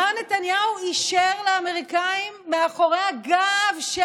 מר נתניהו אישר לאמריקאים מאחורי הגב של